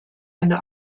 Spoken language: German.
eine